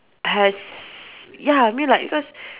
has ya I mean like because